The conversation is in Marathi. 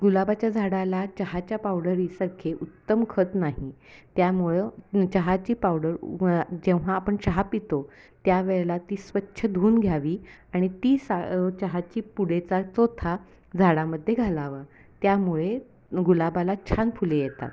गुलाबाच्या झाडाला चहाच्या पावडरीसारखे उत्तम खत नाही त्यामुळं चहाची पावडर जेव्हा आपण चहा पितो त्यावेळेला ती स्वच्छ धुवून घ्यावी आणि ती सा चहाची पुडेचा चोथा झाडामध्ये घालावा त्यामुळे गुलाबाला छान फुले येतात